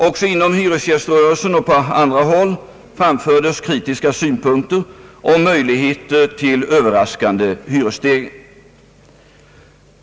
Också inom hyresgäströrelsen och på andra håll framfördes kritiska synpunkter beträffande möjligheter till överraskande hyresstegringar.